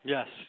Yes